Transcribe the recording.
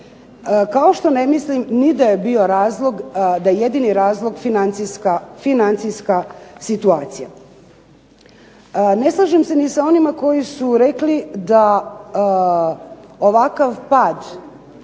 Kao što ne mislim ni da je bio razlog, da je jedini razlog financijska situacija. Ne slažem se ni sa onima koji su rekli da ovakav pad